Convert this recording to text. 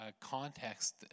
context